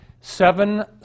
Seven